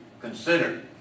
consider